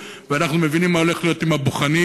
ואנחנו מבינים מה הולך להיות עם הבוחנים,